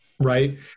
right